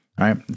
right